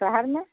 شہر میں